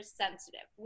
sensitive